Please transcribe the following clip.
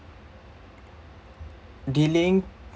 dealing